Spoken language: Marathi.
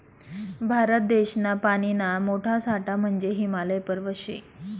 भारत देशना पानीना मोठा साठा म्हंजे हिमालय पर्वत शे